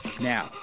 Now